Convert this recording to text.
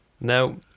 Now